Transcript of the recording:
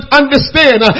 understand